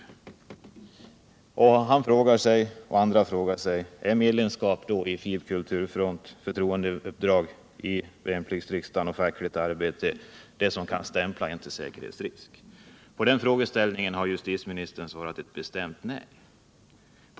Han och andra frågar sig: Kan man genom medlemskap i Fib-Kulturfront, förtroendeuppdrag i värnpliktsriksdagen och fackligt arbete bli stämplad som säkerhetsrisk? På den frågan har justitieministern svarat ett bestämt nej.